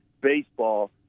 baseball